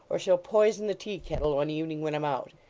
or she'll poison the tea-kettle one evening when i'm out.